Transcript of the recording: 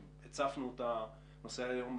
הצפנו את הנושא הזה היום,